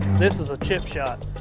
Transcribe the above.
this is a chip shot.